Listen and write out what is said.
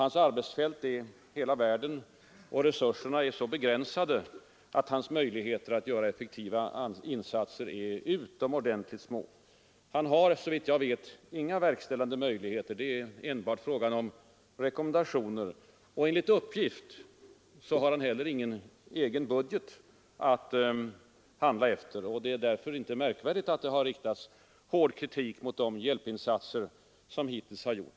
Hans arbetsfält är hela världen, men resurserna är så begränsade att hans möjligheter att göra effektiva insatser är utomordentligt små. Såvitt jag vet har han inga verkställande möjligheter; det är enbart fråga om rekommendationer. Och enligt uppgift har han heller ingen egen budget att handla efter. Därför är det inte underligt att det har riktats hård kritik mot de hjälpinsatser som hittills gjorts.